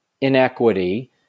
inequity